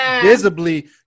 visibly